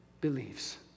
believes